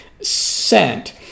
scent